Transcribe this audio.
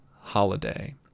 Holiday